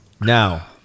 Now